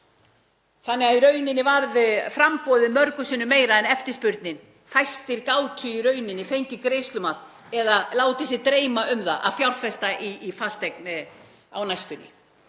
þannig að í rauninni var framboðið mörgum sinnum meira en eftirspurnin. Fæstir gátu í rauninni fengið greiðslumat eða látið sig dreyma um það að fjárfesta í fasteign á næstunni